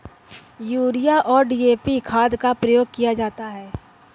urea और DAP खाद का प्रयोग किया जाता है